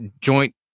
joint